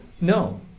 No